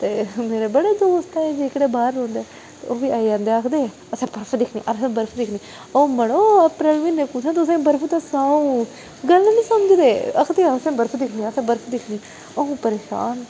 ते मेरे बडे़ दोस्त ऐ जेह्कडे़ बाहर रौहंदे ओह् बी आई जंदे आखदे असें बरफ दिक्खनी असें बरफ दिक्खनी ओह् मड़ो अप्रैल म्हीने कु'त्थें तुसें ई बरफ दस्सां अ'ऊं गल्ल निं समझदे आखदे असें बरफ दिक्खनी ऐ असें बरफ दिक्खनी अ'ऊं परेशान